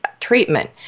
treatment